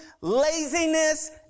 laziness